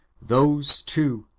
those, too,